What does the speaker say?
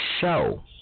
show